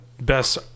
best